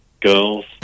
girls